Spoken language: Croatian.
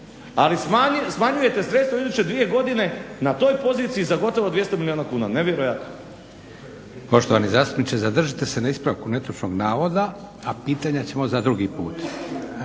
ali smanjujete sredstva u iduće dvije godine na toj poziciji za gotovo 200 milijuna kuna, nevjerojatno. **Leko, Josip (SDP)** Poštovani zastupniče zadržite se na ispravku netočnog navoda, a pitanja ćemo za drugi put.